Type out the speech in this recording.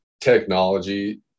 technology